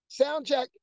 Soundcheck